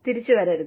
തിരിച്ചു വരരുത്